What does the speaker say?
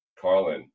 Carlin